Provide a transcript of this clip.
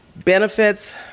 Benefits